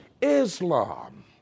Islam